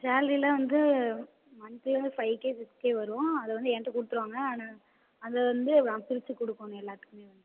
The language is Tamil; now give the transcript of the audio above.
சேல்ரியெலாம் வந்து மந்த்லி வந்து ஃபைவ் கே சிக்ஸ் கே வரும் அதை வந்து என்ட்ட கொடுத்துருவாங்க அது வந்து நான் பிரித்து கொடுக்கணும் எல்லாேத்துக்குமே வந்து